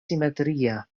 simetria